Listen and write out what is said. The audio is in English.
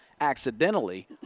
accidentally